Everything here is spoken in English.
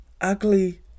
ugly